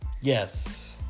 Yes